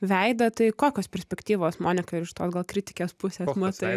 veidą tai kokios perspektyvos monika ir iš tos gal kritikės pusės matai